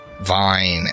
vine